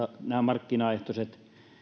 tämä markkinaehtoinen